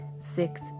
Six